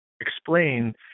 explain